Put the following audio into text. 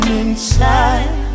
inside